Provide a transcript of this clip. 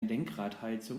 lenkradheizung